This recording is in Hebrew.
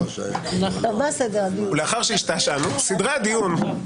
לאחר שהשתעשענו, סדרי הדיון.